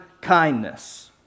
kindness